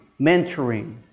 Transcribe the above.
mentoring